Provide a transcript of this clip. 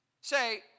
say